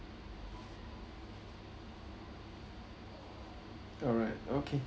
all right okay